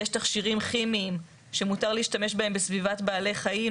יש תכשירים כימיים שמותר להשתמש בהם בסביבת בעלי חיים,